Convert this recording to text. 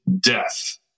death